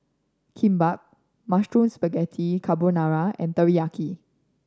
Kimbap Mushroom Spaghetti Carbonara and Teriyaki